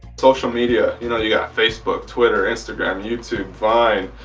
social media you know you got facebook, twitter, instagram youtube, vine